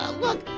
ah look,